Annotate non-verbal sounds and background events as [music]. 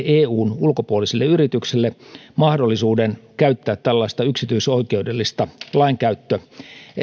[unintelligible] eun ulkopuolisille yrityksille mahdollisuuden käyttää tällaista yksityisoikeudellista lainkäyttöelintä